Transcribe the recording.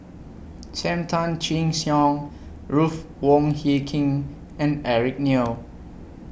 SAM Tan Chin Siong Ruth Wong Hie King and Eric Neo